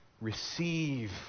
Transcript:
receive